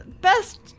Best